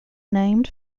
named